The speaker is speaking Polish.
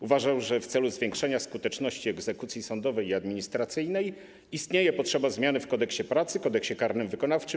Uważał, że w celu zwiększenia skuteczności egzekucji sądowej i administracyjnej istnieje potrzeba zmiany w Kodeksie pracy, Kodeksie karnym wykonawczym,